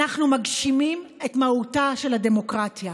אנחנו מגשימים את מהותה של הדמוקרטיה